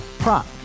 Prop